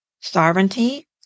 sovereignty